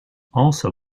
also